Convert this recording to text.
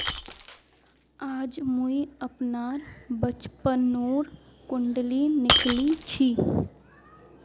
आज मुई अपनार बचपनोर कुण्डली निकली छी